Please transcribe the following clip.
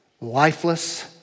lifeless